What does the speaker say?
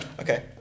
okay